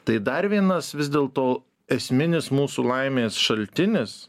tai dar vienas vis dėlto esminis mūsų laimės šaltinis